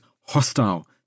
hostile